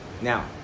Now